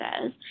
says